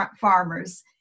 farmers